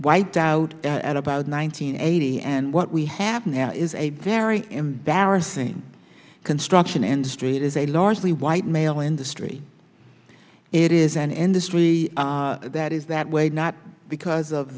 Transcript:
wideout at about nine hundred eighty and what we have now is a very embarrassing construction industry it is a largely white male industry it is an industry that is that way not because of